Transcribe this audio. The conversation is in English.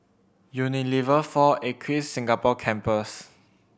Unilever Four Acres Singapore Campus